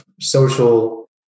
social